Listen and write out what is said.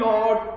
Lord